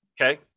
Okay